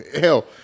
hell